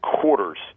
quarters